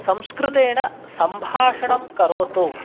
संस्कृेतन सम्भाषणं करोतु